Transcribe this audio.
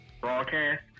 broadcast